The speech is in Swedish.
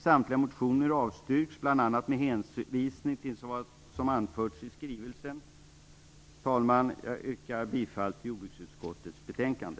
Samtliga motioner avstyrks, bl.a. med hänvisning till vad som har anförts i skrivelsen. Herr talman! Jag yrkar bifall till hemställan i jordbruksutskottets betänkande.